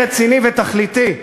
רציני ותכליתי.